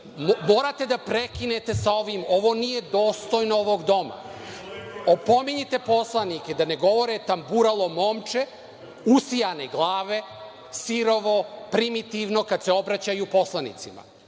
morate da prekinete sa ovim. Ovo nije dostojno ovog Doma. Opomenite poslanike da ne govore tamburalo momče, usijane glave, sirovo, primitivno kada se obraćaju poslanicima.